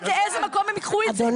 עד לאיזה מקום הם ייקחו את זה?